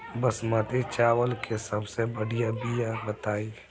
बासमती चावल के सबसे बढ़िया बिया बताई?